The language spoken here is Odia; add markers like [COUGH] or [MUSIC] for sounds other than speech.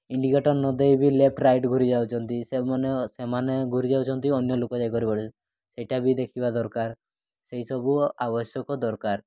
ଇଣ୍ଡିକେଟର୍ ନଦେଇ ବି ଲେଫ୍ଟ୍ ରାଇଟ୍ ଘୁରି ଯାଉଛନ୍ତି ସେମାନେ ସେମାନେ ଘୁରି ଯାଉଛନ୍ତି ଅନ୍ୟ ଲୋକ ଯାଇକରି [UNINTELLIGIBLE] ସେଇଟା ବି ଦେଖିବା ଦରକାର ସେଇସବୁ ଆବଶ୍ୟକ ଦରକାର